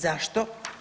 Zašto?